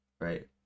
Right